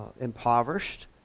impoverished